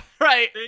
right